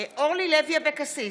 אורלי לוי אבקסיס,